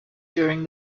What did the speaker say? during